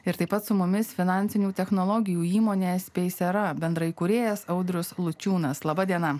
ir taip pat su mumis finansinių technologijų įmonės paysera bendraįkūrėjas audrius lučiūnas laba diena